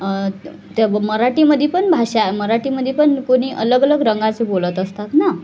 त्या मराठीमध्ये पण भाषा मराठीमध्ये पण कोणी अलगअलग रंगाचे बोलत असतात ना